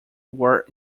were